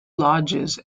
lodges